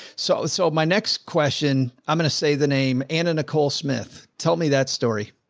so, so my next question, i'm going to say the name, anna nicole smith. tell me that story.